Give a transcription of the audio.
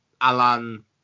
Alan